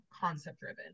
concept-driven